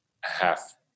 half